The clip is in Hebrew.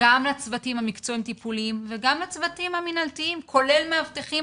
גם לצוותים המקצועיים-טיפוליים וגם לצוותים המנהלתיים כולל מאבטחים,